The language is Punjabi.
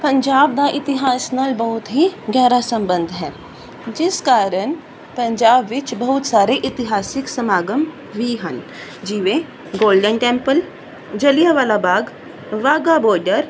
ਪੰਜਾਬ ਦਾ ਇਤਿਹਾਸ ਨਾਲ ਬਹੁਤ ਹੀ ਗਹਿਰਾ ਸੰਬੰਧ ਹੈ ਜਿਸ ਕਾਰਨ ਪੰਜਾਬ ਵਿੱਚ ਬਹੁਤ ਸਾਰੇ ਇਤਿਹਾਸਿਕ ਸਮਾਗਮ ਵੀ ਹਨ ਜਿਵੇਂ Golden Temple Jallianwala Bagh Wagah border